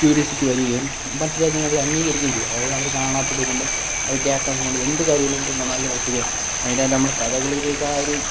curiosity വരികയും മറ്റ് രാജ്യങ്ങളില് അംഗീകരിക്കുകയും ചെയ്യും അതായത് അവര് കാണാത്തതുകൊണ്ടും അവര് കേള്ക്കാത്തതുകൊണ്ടും എന്ത് കാര്യമായാലും പിന്നെ നല്ല വൃത്തിക്ക് മെയിനായിട്ടു നമ്മള് കഥകളിയിലേക്കാണ് ഒരു